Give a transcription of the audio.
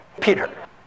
Peter